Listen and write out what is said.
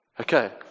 Okay